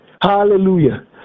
Hallelujah